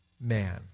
man